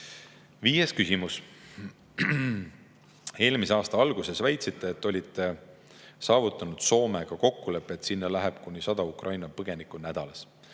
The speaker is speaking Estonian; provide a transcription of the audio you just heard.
küsimus: "Eelmise aasta alguses väitsite, et olite saavutanud Soomega kokkuleppe, et sinna läheb kuni 100 Ukraina põgenikku nädalas.